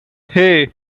hey